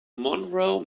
monroe